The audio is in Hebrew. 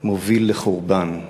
מוביל לחורבן.